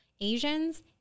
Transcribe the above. Asians